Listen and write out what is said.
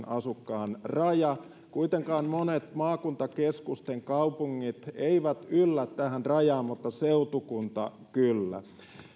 asukkaan raja kuitenkaan monet maakuntakeskusten kaupungit eivät yllä tähän rajaan mutta seutukunta kyllä